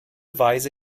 weise